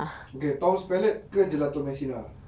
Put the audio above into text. okay tom's palette ke gelato messina